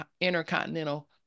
Intercontinental